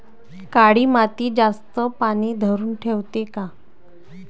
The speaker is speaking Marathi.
काळी माती जास्त पानी धरुन ठेवते का?